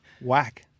Whack